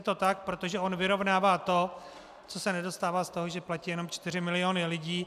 Je to tak, protože on vyrovnává to, co se nedostává z toho, že platí jenom čtyři miliony lidí.